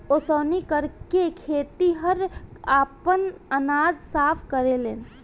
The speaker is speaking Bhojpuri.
ओसौनी करके खेतिहर आपन अनाज साफ करेलेन